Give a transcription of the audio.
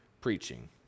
preaching